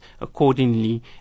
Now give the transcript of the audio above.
accordingly